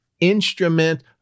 instrument